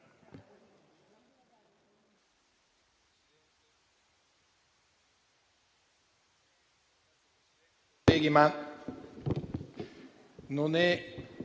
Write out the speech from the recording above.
Grazie